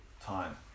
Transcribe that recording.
time